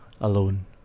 alone